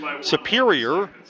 Superior